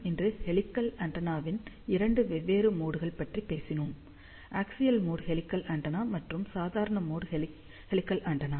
இன்று ஹெலிகல் ஆண்டெனாவின் இரண்டு வெவ்வேறு மோட்களைப் பற்றி பேசினோம் அஃஸியல் மோட் ஹெலிகல் ஆண்டெனா மற்றும் சாதாரண மோட் ஹெலிகல் ஆண்டெனா